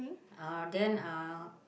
uh then uh